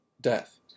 death